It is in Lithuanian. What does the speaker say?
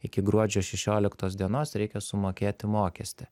iki gruodžio šešioliktos dienos reikia sumokėti mokestį